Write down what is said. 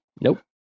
Nope